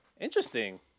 Interesting